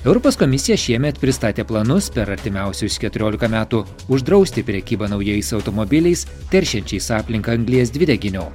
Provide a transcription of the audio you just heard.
europos komisija šiemet pristatė planus per artimiausius keturiolika metų uždrausti prekybą naujais automobiliais teršiančiais aplinką anglies dvideginiu